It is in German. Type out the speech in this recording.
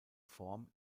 form